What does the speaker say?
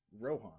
Rohan